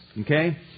Okay